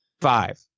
Five